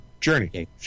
Journey